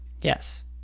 Yes